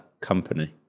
company